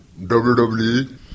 WWE